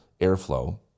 airflow